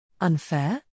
Unfair